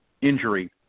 injury